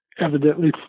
evidently